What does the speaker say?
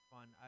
Fun